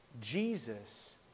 Jesus